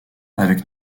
avec